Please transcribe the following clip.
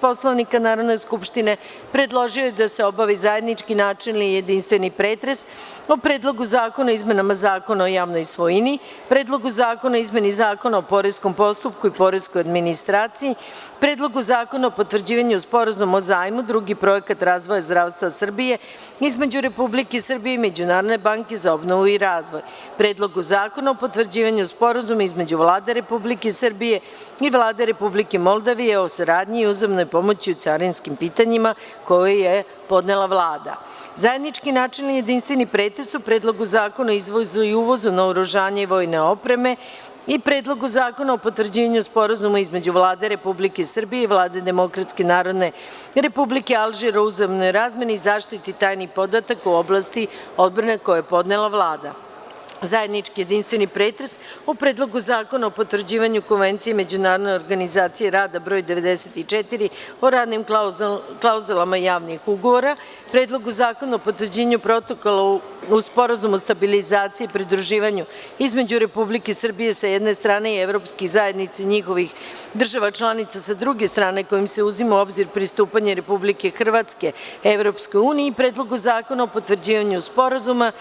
Poslovnika Narodne skupštine, predložio je da se obavi: - zajednički načelni i jedinstveni pretres o: Predlogu zakona o izmenama Zakona o javnoj svojini, Predlogu zakona o izmeni Zakona o poreskom postupku i poreskoj administraciji, Predlogu zakona o potvrđivanju Sporazuma o zajmu (Drugi Projekat razvoja zdravstva Srbije) između Republike Srbije i Međunarodne banke za obnovu i razvoj, Predlogu zakona o potvrđivanju Sporazuma između Vlade Republike Srbije i Vlade Republike Moldavije o saradnji i uzajamnoj pomoći u carinskim pitanjima, koji je podnela Vlada; - zajednički načelni i jedinstveni pretres o: Predlogu zakona o izvozu i uvozu naoružanja i vojne opreme i Predlogu zakona o potvrđivanju Sporazuma između Vlade Republike Srbije i Vlade Demokratske Narodne Republike Alžir o uzajmnoj razmeni izaštiti tajnih podataka u oblasti odbrane, koji je podnela Vlada; - zajednički jedinstveni pretres o: Predlogu zakona o potvrđivanju Konvencije Međunarodne organizacije rada broj 94 o radnim klauzulama javnih ugovora, Predlogu zakona o potvrđivanju Protokola uz Sporazum o stabilizaciji i pridruživanju između Republike Srbije, sa jedne strane i Evropskih zajednica i njihovih država članica, sa druge strane, kojim se uzima u obzir pristupanje Republike Hrvatske EU i Predlogu zakona o potvrđivanju Sporazuma